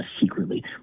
secretly